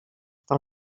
del